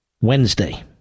Wednesday